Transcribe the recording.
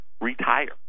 retire